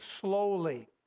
slowly